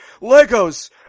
Lego's